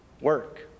Work